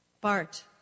Bart